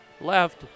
left